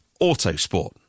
autosport